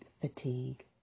fatigue